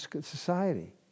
society